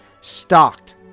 stocked